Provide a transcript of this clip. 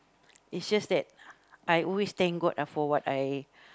it's just that I always thank god ah for what I